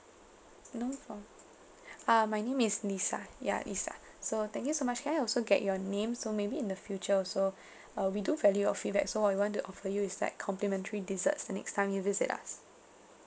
no problem uh my name is lisa ya lisa so thank you so much can I also get your name so maybe in the future also uh we do value your feedback so uh we want to offer you is like complimentary desserts the next time you visit us